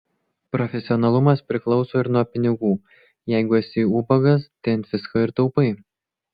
profesionalumas priklauso ir nuo pinigų jeigu esi ubagas tai ant visko ir taupai